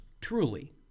truly